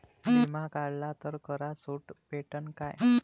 बिमा काढला तर करात सूट भेटन काय?